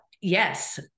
Yes